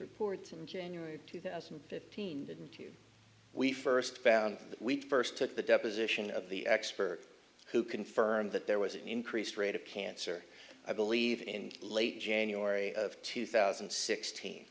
reports in january two thousand and fifteen that you we first found we first took the deposition of the expert who confirmed that there was an increased rate of cancer i believe in late january of two thousand and sixteen